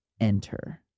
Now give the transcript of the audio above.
Enter